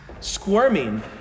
squirming